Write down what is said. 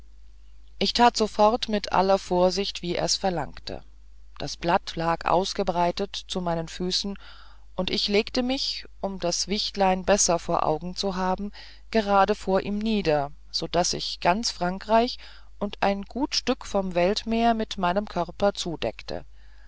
ich tat sofort mit aller vorsicht wie er's verlangte das blatt lag ausgebreitet zu meinen füßen und ich legte mich um das wichtlein besser vor augen zu haben gerade vor ihm nieder so daß ich ganz frankreich und ein gut stück vom weltmeer mit meinem körper zudeckte